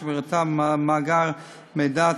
שמירתה במאגר מידע,